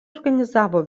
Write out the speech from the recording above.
organizavo